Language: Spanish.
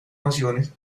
pasiones